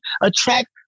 attract